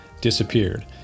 disappeared